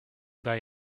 buy